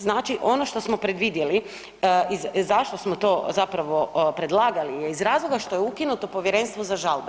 Znači, ono što smo predvidjeli i zašto smo to zapravo predlagali je iz razloga što je ukinuto povjerenstvo za žalbe.